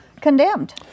condemned